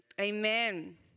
Amen